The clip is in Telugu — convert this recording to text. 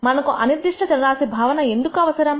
మనకు అనిర్దిష్ట చర రాశి భావన ఎందుకు అవసరం